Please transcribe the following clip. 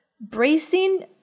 Bracing